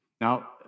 Now